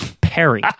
Perry